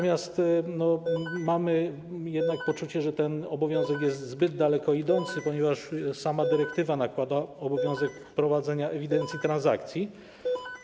Mamy jednak poczucie, że ten obowiązek jest zbyt daleko idący, ponieważ sama dyrektywa nakłada obowiązek wprowadzenia ewidencji transakcji.